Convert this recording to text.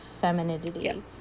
femininity